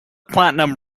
platinum